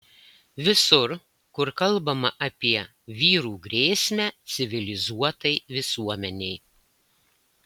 visur kur kalbama apie vyrų grėsmę civilizuotai visuomenei